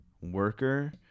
worker